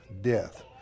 death